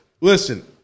Listen